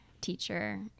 Teacher